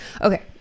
Okay